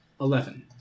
Eleven